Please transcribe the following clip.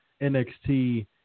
NXT